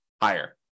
higher